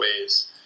ways